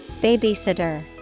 Babysitter